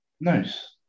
Nice